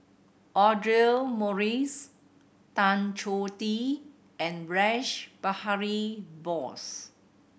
Audra Morrice Tan Choh Tee and Rash Behari Bose